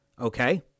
Okay